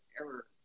error